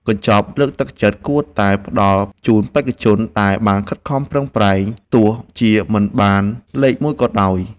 កញ្ចប់លើកទឹកចិត្តគួរតែផ្ដល់ជូនដល់បេក្ខជនដែលបានខិតខំប្រឹងប្រែងទោះជាមិនបានលេខមួយក៏ដោយ។